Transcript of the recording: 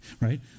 right